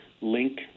link